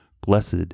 Blessed